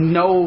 no